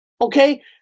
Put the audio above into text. Okay